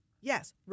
yes